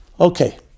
Okay